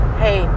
hey